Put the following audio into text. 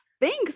Thanks